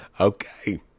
okay